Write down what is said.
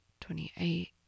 twenty-eight